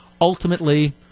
Ultimately